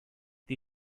die